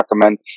recommend